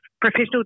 professional